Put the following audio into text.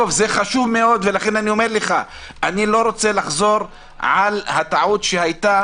אני לא רוצה לחזור על הטעות שהיתה